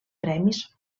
premis